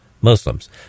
Muslims